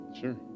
Sure